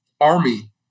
Army